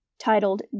titled